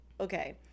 Okay